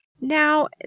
Now